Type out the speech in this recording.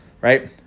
Right